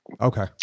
Okay